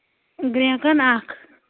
گرٛیکَن اَکھ